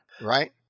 Right